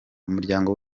umuryango